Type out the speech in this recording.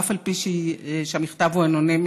ואף על פי שהמכתב הוא אנונימי,